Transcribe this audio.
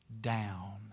down